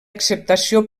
acceptació